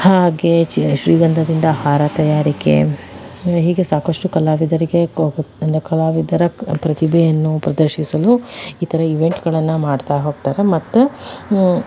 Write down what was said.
ಹಾಗೆ ಚಿ ಶ್ರೀಗಂಧದಿಂದ ಹಾರ ತಯಾರಿಕೆ ಹೀಗೆ ಸಾಕಷ್ಟು ಕಲಾವಿದರಿಗೆ ಕೊ ಎಲ್ಲಾ ಕಲಾವಿದರ ಪ್ರತಿಭೆಯನ್ನು ಪ್ರದರ್ಶಿಸಲು ಈ ಥರ ಈವೆಂಟ್ಗಳನ್ನು ಮಾಡ್ತಾ ಹೋಗ್ತಾರೆ ಮತ್ತೆ